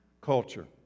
culture